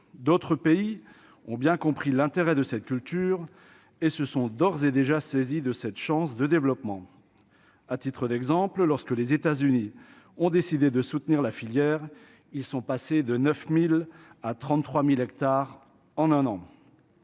d'autres pays ont bien compris l'intérêt de cette culture et ce sont d'ores et déjà saisi de cette chance de développement à titre d'exemple, lorsque les États-Unis ont décidé de soutenir la filière, ils sont passés de 9000 à 33000 hectares en un an,